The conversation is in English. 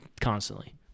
constantly